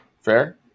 Fair